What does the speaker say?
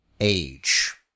age